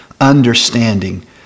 understanding